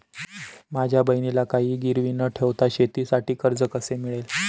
माझ्या बहिणीला काहिही गिरवी न ठेवता शेतीसाठी कर्ज कसे मिळेल?